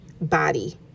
body